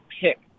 pick